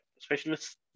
specialists –